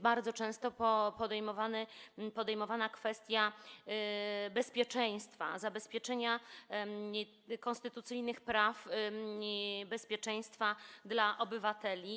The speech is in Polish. Bardzo często podejmowana jest również kwestia bezpieczeństwa, zabezpieczenia konstytucyjnych praw, bezpieczeństwa obywateli.